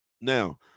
now